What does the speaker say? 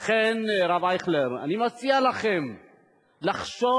אכן, הרב אייכלר, אני מציע לכם לחשוב